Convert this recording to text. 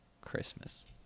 Christmas